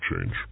change